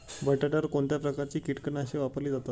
बटाट्यावर कोणत्या प्रकारची कीटकनाशके वापरली जातात?